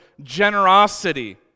generosity